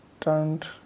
turned